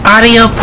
Audio